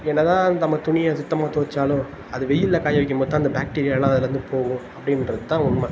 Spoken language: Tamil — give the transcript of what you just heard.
என்னதான் நம்ம துணியை சுத்தமாக துவைச்சாலும் அது வெயிலில் காய வைக்கும் போது தான் அந்த பாக்டீரியெல்லாம் அதிலருந்து போகும் அப்படின்றது தான் உண்மை